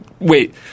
Wait